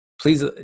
please